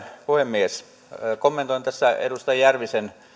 puhemies kommentoin tässä edustaja järvisen